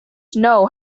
know